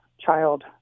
child